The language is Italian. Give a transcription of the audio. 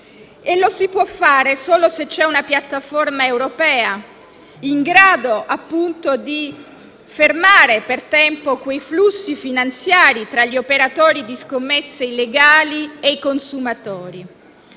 può essere fatto solo se c'è una piattaforma europea in grado di fermare per tempo i flussi finanziari tra gli operatori di scommesse illegali e i consumatori.